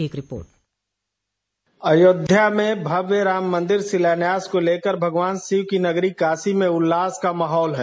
एक रिपोर्ट अयोध्या में भव्य राम मन्दिर शिलान्यास को लेकर भगवान शिव की नगरी काशी में भी उल्लास का माहौल है